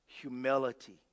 Humility